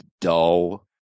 dull